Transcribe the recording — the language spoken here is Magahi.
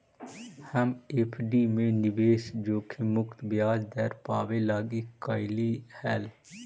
हम एफ.डी में निवेश जोखिम मुक्त ब्याज दर पाबे लागी कयलीअई हल